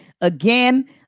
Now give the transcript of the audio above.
again